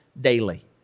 daily